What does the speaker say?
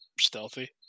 stealthy